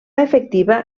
efectiva